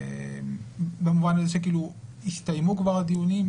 במובן הזה שהסתיימו כבר הדיונים,